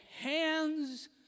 hands